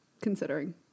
considering